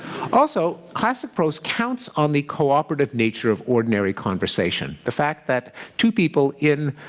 also classic prose counts on the cooperative nature of ordinary conversation. the fact that two people in